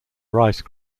rice